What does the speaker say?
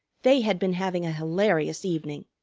they had been having a hilarious evening.